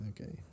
Okay